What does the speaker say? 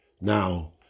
Now